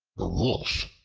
the wolf,